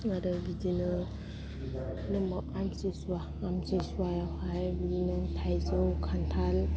आरो बिदिनो आमथिसुवा आमथिसुवा आवहाय थायजौ खान्थाल